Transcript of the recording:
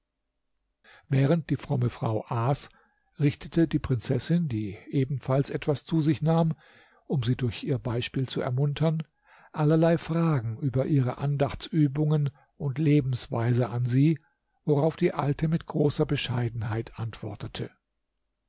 während die fromme frau aß richtete die prinzessin die ebenfalls etwas zu sich nahm um sie durch ihr beispiel zu ermuntern allerlei fragen über ihre andachtsübungen und lebensweise an sie worauf die alte mit großer bescheidenheit antwortete